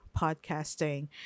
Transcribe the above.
podcasting